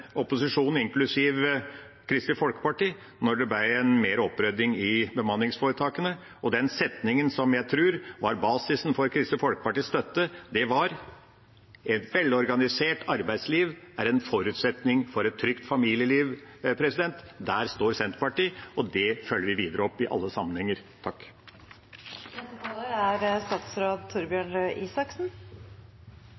opposisjonen, inklusiv Kristelig Folkeparti, da det ble mer opprydding i bemanningsforetakene. Den setningen som jeg tror var basisen for Kristelig Folkepartis støtte, var: «Et velorganisert arbeidsliv er en forutsetning for et trygt familieliv.» Der står Senterpartiet, og det følger vi opp videre i alle sammenhenger.